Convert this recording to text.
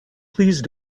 please